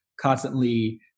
constantly